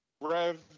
Rev